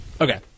Okay